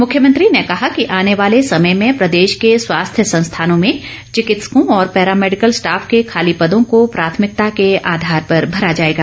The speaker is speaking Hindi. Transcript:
मुख्यमंत्री ने कहा कि आने वाले समय में प्रदेश के स्वास्थ्य संस्थानों में चिकित्सकों और पैरा मेडिकल स्टाफ के खाली पदों को प्राथमिकता के आधार पर भरा जाएगा